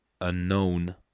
unknown